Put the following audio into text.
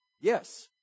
Yes